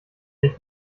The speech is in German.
dich